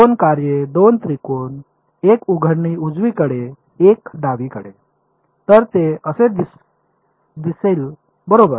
दोन कार्ये दोन त्रिकोण एक उघडणी उजवीकडे एक डावीकडे तर ते असे दिसेल बरोबर